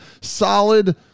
solid